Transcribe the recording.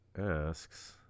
asks